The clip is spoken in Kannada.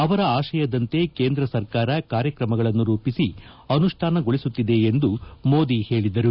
ಅವರ ಆಶಯದಂತೆ ಕೇಂದ್ರ ಸರ್ಕಾರ ಕಾರ್ಯಕ್ರಮಗಳನ್ನು ರೂಪಿಸಿ ಅನುಷ್ಣಾನಗೊಳಿಸುತ್ತಿದೆ ಎಂದು ಮೋದಿ ಹೇಳಿದರು